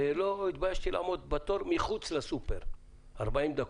ולא התביישתי לעמוד בתור מחוץ לסופר 40 דקות.